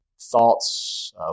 thoughts